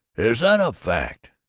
is that a fact!